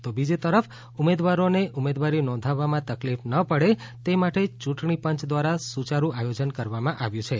તો બીજી તરફ ઉમેદવારોને ઉમેદવારી નોંધાવવામાં તકલીફ ન પડે તે માટે ચૂંટણીપંચ દ્વારા સુચારુ આયોજન પણ કરવામાં આવ્યું છે